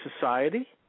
society